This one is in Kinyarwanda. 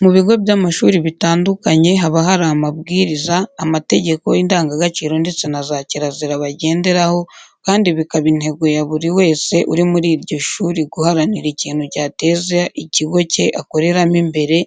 Mu bigo by'amashuri bitandukanye haba ahari amabwiriza, amategeko, indangagaciro ndetse na za kirazira bagenderaho kandi bikaba intego ya buri wese uri muri iryo shuri guharanira ikintu cyateza ikigo cye akoreramo imbere